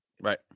Right